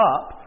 up